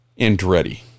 Andretti